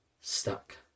stuck